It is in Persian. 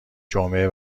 جمعه